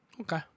Okay